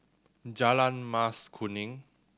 Jalan Mas Kuning